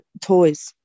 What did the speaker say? toys